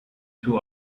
two